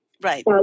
Right